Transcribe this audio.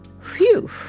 Phew